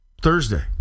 Thursday